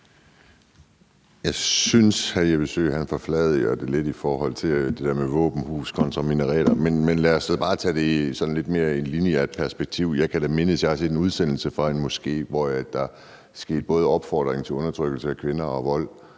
Jeg synes, at hr. Jeppe Søe forfladiger det lidt med det der med våbenhus kontra minareter, men lad os da bare tage det i sådan et lidt mere lineært perspektiv. Jeg kan da mindes, at jeg har set en udsendelse fra en moské, hvor der skete opfordringer til både undertrykkelse af kvinder og vold.